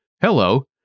Hello